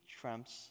trumps